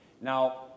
Now